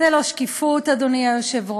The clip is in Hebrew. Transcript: זו לא שקיפות, אדוני היושב-ראש.